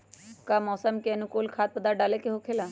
का मौसम के अनुकूल खाद्य पदार्थ डाले के होखेला?